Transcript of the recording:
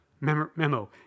Memo